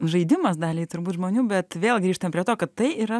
žaidimas daliai turbūt žmonių bet vėl grįžtam prie to kad tai yra